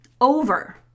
over